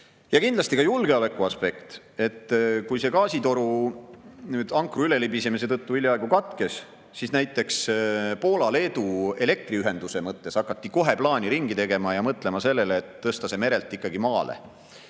Ja kindlasti ka julgeolekuaspekt. Kui see gaasitoru ankru ülelibisemise tõttu hiljaaegu [katki läks], siis näiteks Poola-Leedu elektriühenduse mõttes hakati kohe plaani ringi tegema ja mõtlema sellele, et tõsta [ühendus] merelt ikkagi maale.